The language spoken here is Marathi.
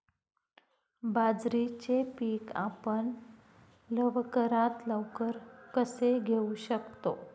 बाजरीचे पीक आपण लवकरात लवकर कसे घेऊ शकतो?